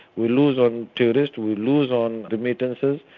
we lose on tourists, we lose on remittances,